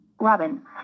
Robin